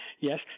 Yes